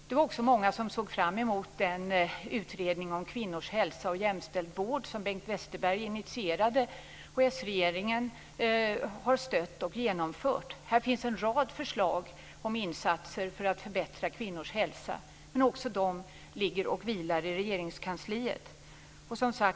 Det var också många som såg fram emot den utredning om kvinnors hälsa och jämställd vård som Bengt Westerberg initierade och den socialdemokratiska regeringen stödde och genomförde. Där finns en rad förslag på insatser för att förbättra kvinnors hälsa, men de ligger också och vilar i Regeringskansliet.